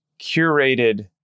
curated